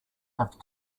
have